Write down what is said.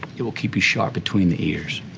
it will keep you sharp between the ears.